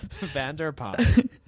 Vanderpump